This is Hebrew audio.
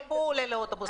איך יעלה לאוטובוס?